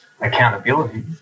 accountability